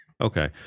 Okay